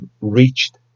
reached